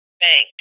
bank